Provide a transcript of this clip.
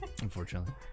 Unfortunately